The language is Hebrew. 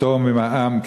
פטור ממע"מ,